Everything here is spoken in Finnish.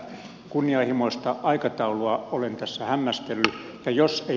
tätä kunnianhimoista aikataulua olen tässä hämmästellyt